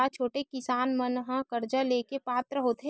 का छोटे किसान मन हा कर्जा ले के पात्र होथे?